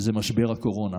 וזה משבר הקורונה.